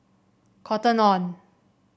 Cotton On